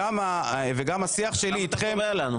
למה אתה קובע לנו?